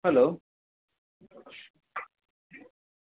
hello